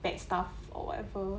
bad stuff or whatever